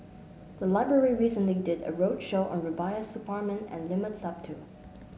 the library recently did a roadshow on Rubiah Suparman and Limat Sabtu